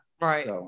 Right